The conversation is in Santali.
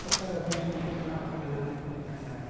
ᱚᱠᱟᱨᱮ ᱫᱚᱝ ᱠᱚ ᱮᱱᱮᱡ ᱠᱟᱱᱟ ᱚᱠᱟᱨᱮ ᱞᱟᱜᱽᱬᱮ ᱠᱚ ᱮᱱᱮᱡ ᱠᱟᱱᱟ